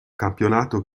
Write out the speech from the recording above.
campionato